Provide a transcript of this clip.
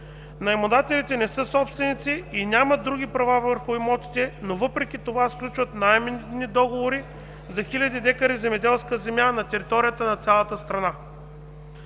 Наемодателите не са собственици и нямат други права върху имотите, но въпреки това сключват наемни договори за хиляди декари земеделска земя на територията на цялата страна.